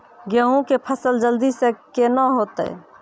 गेहूँ के फसल जल्दी से के ना होते?